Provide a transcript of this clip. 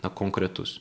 na konkretus